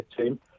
team